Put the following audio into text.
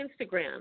Instagram